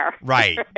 Right